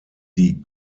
die